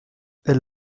elle